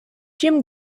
jim